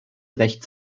recht